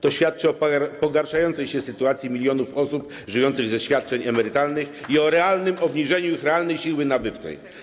To świadczy o pogarszającej się sytuacji milionów osób żyjących ze świadczeń emerytalnych i o realnym obniżeniu ich realnej siły nabywczej.